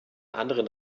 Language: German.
anderen